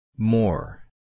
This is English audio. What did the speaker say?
More